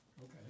Okay